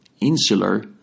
insular